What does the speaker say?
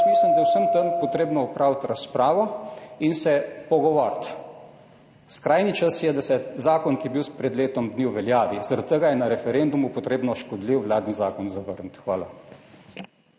mislim, da je o vsem tem potrebno opraviti razpravo in se pogovoriti. Skrajni čas je, da se zakon, ki je bil sprejet pred letom dni, uveljavi, zaradi tega je potrebno na referendumu škodljiv vladni zakon zavrniti. Hvala.